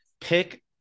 pick